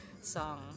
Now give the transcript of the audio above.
song